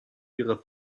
ihrer